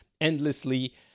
endlessly